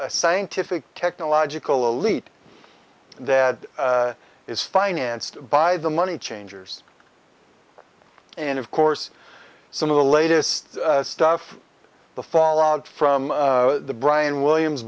a scientific technological elite that is financed by the money changers and of course some of the latest stuff the fallout from brian williams